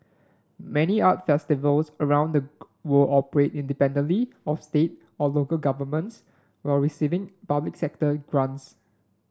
many art festivals around the world operate independently of state or local governments while receiving public sector grants